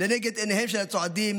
לנגד עיניהם של הצועדים.